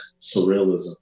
surrealism